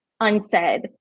unsaid